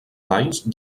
valls